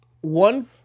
one